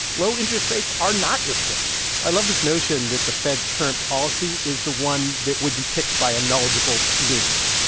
low interest rates are not your friend i love this notion that the fed's current policy is the one that would be picked by a knowledgeable teenager.